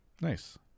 Nice